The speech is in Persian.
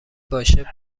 باشه